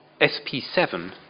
SP7